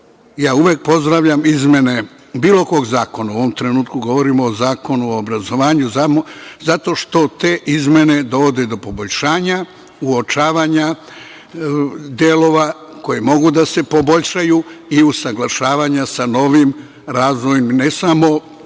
Ja uvek pozdravljam izmene bilo kog zakona, a u ovom trenutku govorimo o Zakonu o obrazovanju, zato što te izmene dovode do poboljšanja uočavanja delova koji mogu da se poboljšaju i usaglašavanja sa novim razvojem, ne samo